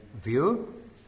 view